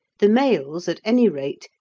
the males, at any rate,